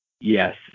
Yes